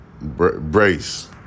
brace